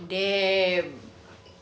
damn